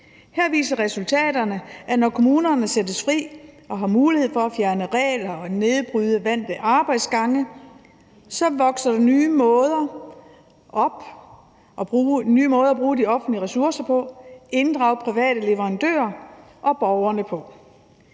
VIVE viser resultaterne, at når kommunerne sættes fri og har mulighed for at fjerne regler og nedbryde vante arbejdsgange, så vokser der nye måder op, nye måder at bruge de offentlige ressourcer på, nye måder at inddrage private leverandører og borgerne på.